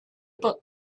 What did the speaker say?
book